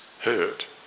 hurt